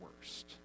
worst